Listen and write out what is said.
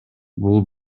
бул